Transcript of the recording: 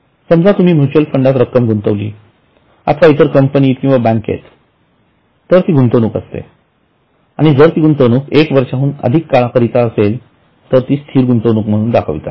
समजा तुम्ही म्युच्युअल फंडात रक्कम गुंतविली अथवा इतर कंपनीत किंवा बँकेत तर ती गुंतवणूक असते आणि जर ती गुंतवणूक एक वर्षाहून अधिक काळाकरिता असेल तर ती स्थिर गुंतवणूक म्हणून दाखवितात